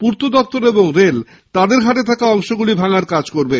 পূর্ত দপ্তর ও রেল তাদের হাতে থাকা অংশ ভাঙার কাজ করবে